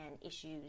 issues